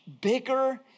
bigger